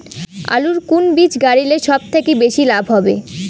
আলুর কুন বীজ গারিলে সব থাকি বেশি লাভ হবে?